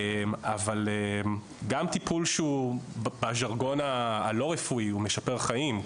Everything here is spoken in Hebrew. אבל גם טיפול שהוא בז'רגון הלא הרפואי הוא משפר חיים,